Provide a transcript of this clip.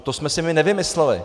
To jsme si my nevymysleli.